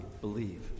believe